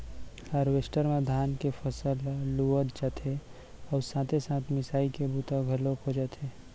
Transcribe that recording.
harvester म धान के फसल ल लुवत जाथे अउ साथे साथ मिसाई के बूता घलोक हो जाथे